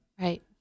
Right